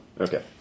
Okay